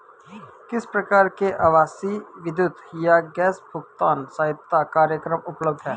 किस प्रकार के आवासीय विद्युत या गैस भुगतान सहायता कार्यक्रम उपलब्ध हैं?